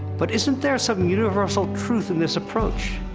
but isn't there some universal truth in this approach?